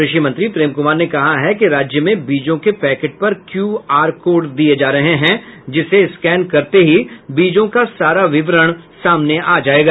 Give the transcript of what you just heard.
कृषि मंत्री प्रेम कुमार ने कहा कि राज्य में बीजों के पैकेट पर क्यूआर कोड दिया जा रहा है जिसे स्कैन करते ही बीजों का सारा विवरण सामने आ जायेगा